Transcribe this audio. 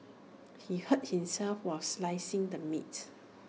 he hurt himself while slicing the meat